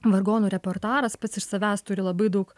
vargonų reportaras pats iš savęs turi labai daug